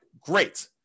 great